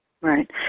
Right